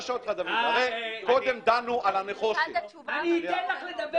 אני רוצה להזכיר לך שההמלצה של דני הייתה להטיל יותר על